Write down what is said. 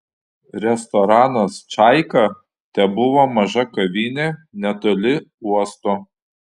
restoranas čaika tebuvo maža kavinė netoli uosto